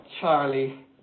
Charlie